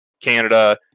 Canada